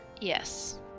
Yes